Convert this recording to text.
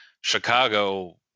Chicago